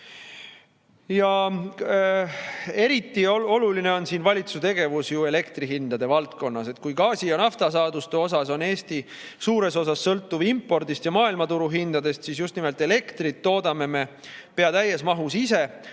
väheneb. Eriti oluline on siin valitsuse tegevus ju elektrihindade valdkonnas. Kui gaasi ja naftasaaduste puhul on Eesti suures osas sõltuv impordist ja maailmaturu hindadest, siis just nimelt elektrit toodame me pea täies mahus ise,